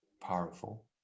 powerful